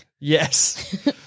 Yes